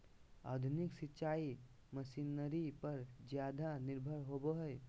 आधुनिक सिंचाई मशीनरी पर ज्यादा निर्भर होबो हइ